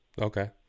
okay